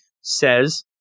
says